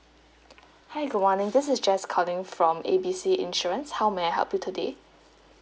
hi good morning this is jess calling from A B C insurance how may I help you today